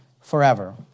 forever